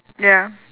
ya